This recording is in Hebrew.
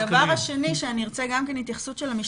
הדבר השני שאני ארצה גם כן, התייחסות של המשטרה.